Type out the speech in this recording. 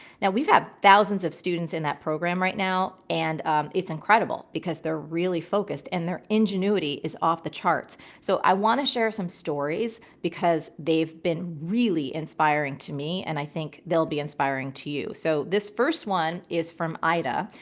now, we've had thousands of students in that program right now and it's incredible because they're really focused and their ingenuity is off the charts. so i want to share some stories because they've been really inspiring to me and i think they'll be inspiring to you. so this first one is from ida,